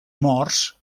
morts